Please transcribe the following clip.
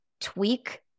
tweak